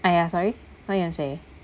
!aiya! sorry what you want say